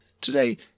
Today